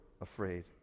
afraid